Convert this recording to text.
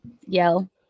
yell